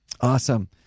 Awesome